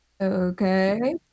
Okay